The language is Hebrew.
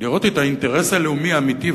לראות את האינטרס הלאומי האמיתי,